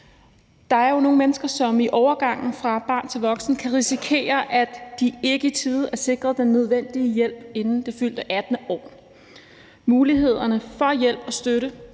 Der er jo nogle mennesker, som i overgangen fra barn til voksen kan risikere, at de ikke i tide er sikret den nødvendige hjælp inden det fyldte 18. år. Mulighederne for hjælp og støtte